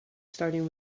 starting